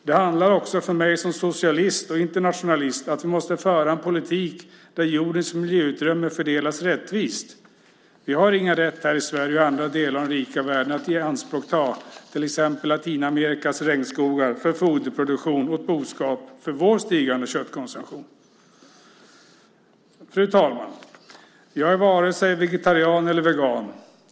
Det handlar också för mig som socialist och internationalist om att vi måste föra en politik där jordens miljöutrymme fördelas rättvist. Vi här i Sverige har ingen rätt och inte heller andra i andra delar av den rika världen att ta i anspråk till exempel Latinamerikas regnskogar för foderproduktion åt boskap för vår stigande köttkonsumtion. Fru talman! Jag är varken vegetarian eller vegan.